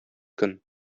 көн